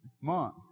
month